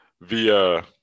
via